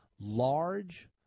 large